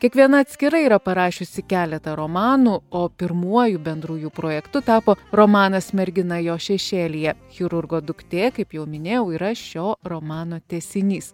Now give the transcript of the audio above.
kiekviena atskirai yra parašiusi keletą romanų o pirmuoju bendru jų projektu tapo romanas mergina jo šešėlyje chirurgo duktė kaip jau minėjau yra šio romano tęsinys